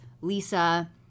Lisa –